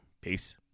peace